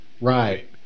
Right